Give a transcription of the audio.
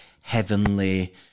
heavenly